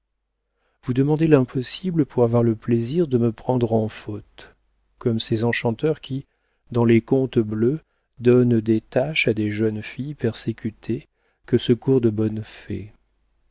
vous demandez l'impossible pour avoir le plaisir de me prendre en faute comme ces enchanteurs qui dans les contes bleus donnent des tâches à des jeunes filles persécutées que secourent de bonnes fées